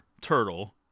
turtle